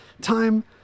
Time